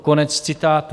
Konec citátu.